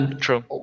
True